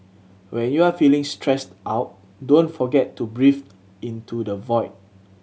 when you are feeling stressed out don't forget to breathe into the void